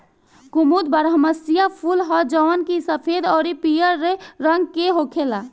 कुमुद बारहमसीया फूल ह जवन की सफेद अउरी पियर रंग के होखेला